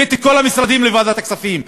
הבאתי את כל המשרדים לוועדת הכספים,